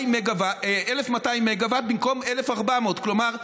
1,200 מגה-ואט במקום 1,400. כלומר,